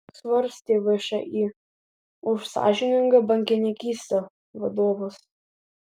svarstė všį už sąžiningą bankininkystę vadovas